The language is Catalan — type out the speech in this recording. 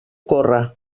córrer